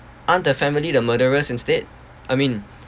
aren't the family the murderers instead I mean